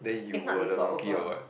if not they swap over